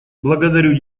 благодарю